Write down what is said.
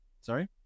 Sorry